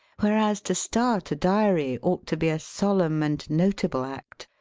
whereas to start a diary ought to be a solemn and notable act,